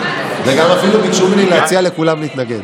ואפילו ביקשו ממני להציע לכולם להתנגד.